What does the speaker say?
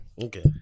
Okay